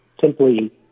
simply